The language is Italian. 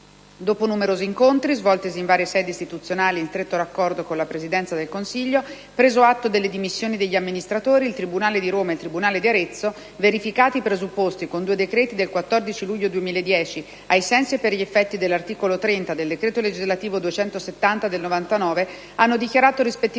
Dopo numerosi incontri svoltisi in varie sedi istituzionali in stretto raccordo con la Presidenza del Consiglio, preso atto delle dimissioni degli amministratori, il tribunale di Roma e il tribunale di Arezzo, verificati i presupposti, con due decreti del 14 luglio 2010, ai sensi e per gli effetti dell'articolo 30 del decreto legislativo n. 270 del 1999, hanno dichiarato rispettivamente